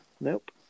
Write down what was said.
Nope